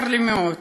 צר לי מאוד,